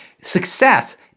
success